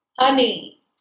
honey